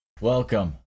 Welcome